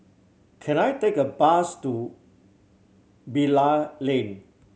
can I take a bus to Bilal Lane